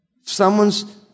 Someone's